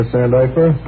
Sandifer